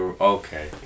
Okay